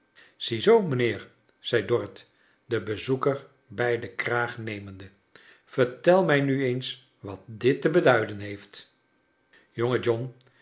ziezoo mijnheer zei dorrit den bezoeker bij den kraag nemende vertel mij nu eens wat dit te beduiden heeft jonge john